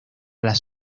las